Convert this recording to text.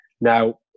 Now